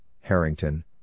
Harrington